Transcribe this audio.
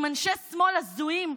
עם אנשי שמאל הזויים,